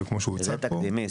זה תקדימי.